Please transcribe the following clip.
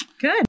good